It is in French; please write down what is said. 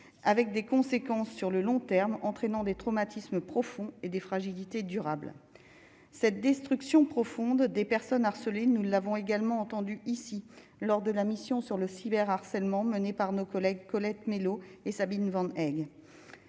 avec des conséquences sur le long terme, entraînant des traumatismes profonds et des fragilités durable cette destruction profonde des personnes harcelées, nous l'avons également entendu ici lors de la mission sur le cyber harcèlement menées par nos collègues Colette Mélot et Sabine Van elle